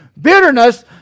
bitterness